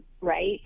Right